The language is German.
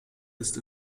ist